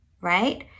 right